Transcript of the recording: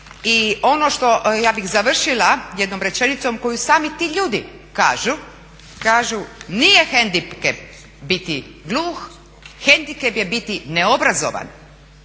riječi. Ja bih završila jednom rečenicom koju sami ti ljudi kažu, kažu nije hendikep biti gluh, hendikep je biti neobrazovan.